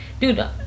dude